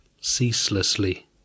ceaselessly